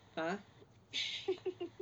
!huh!